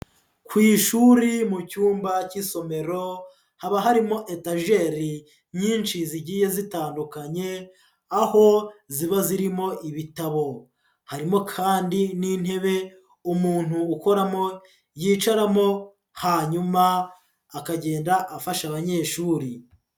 Ku ishuri mu cyumba cy'isomero, haba harimo etageri nyinshi zigiye zitandukanye, aho ziba zirimo ibitabo, harimo kandi n'intebe umuntu ukoramo yicaramo, hanyuma akagenda afasha abanyeshuri.